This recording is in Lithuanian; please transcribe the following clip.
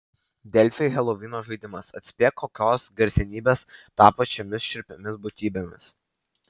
delfi helovino žaidimas atspėk kokios garsenybės tapo šiomis šiurpiomis būtybėmis